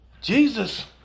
Jesus